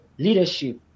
Leadership